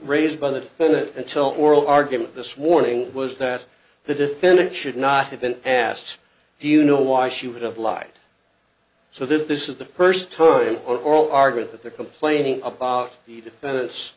oral argument this warning was that the defendant should not have been asked do you know why she would have lied so that this is the first her oral argument that the complaining about the defendant's